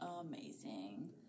amazing